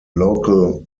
local